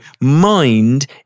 mind